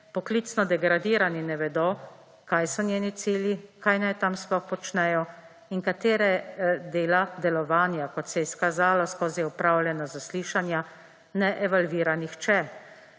poklicno degradirani, ne vedo, kaj so njeni cilji, kaj naj tam sploh počnejo, in katere dela, delovanja, kot se je izkazalo skozi opravljena zaslišanja, ne evalvira nihče?